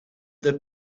their